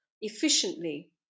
efficiently